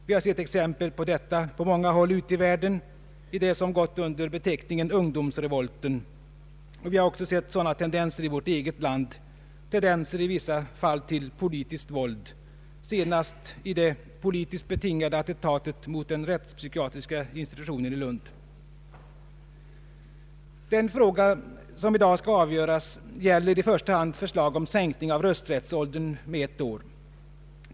Vi har sett exempel på detta på många håll ute i världen i det som gått under beteckningen ungdomsrevolten. Vi har också sett sådana tendenser i vårt eget land — i vissa fall tendenser till politiskt våld — senast i det politiskt betingade attentatet mot den rättspsykiatriska institutionen i Lund. Den fråga som i dag skall avgöras gäller i första hand förslag om sänkning av rösträttsåldern med ett år.